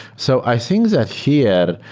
so i think that here,